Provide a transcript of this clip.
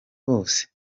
bose